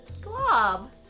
Glob